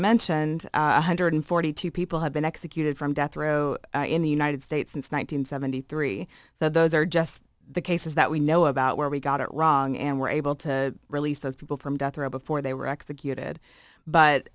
mentioned one hundred forty two people have been executed from death row in the united states since one nine hundred seventy three so those are just the cases that we know about where we got it wrong and we're able to release those people from death row before they were executed but